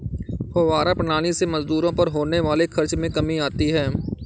फौव्वारा प्रणाली से मजदूरों पर होने वाले खर्च में कमी आती है